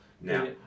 Now